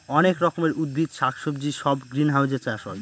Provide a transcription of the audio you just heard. অনেক রকমের উদ্ভিদ শাক সবজি সব গ্রিনহাউসে চাষ হয়